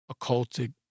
occultic